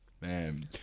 Man